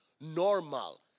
normal